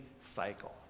cycle